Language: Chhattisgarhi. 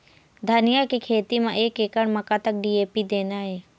धनिया के खेती म एक एकड़ म कतक डी.ए.पी देना ये?